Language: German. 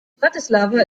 bratislava